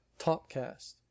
TopCast